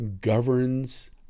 governs